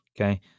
Okay